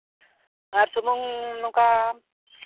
ᱟᱨ ᱥᱩᱱᱩᱢ ᱱᱚᱝᱠᱟ